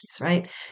right